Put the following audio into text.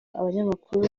abanyamakuru